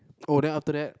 oh then after that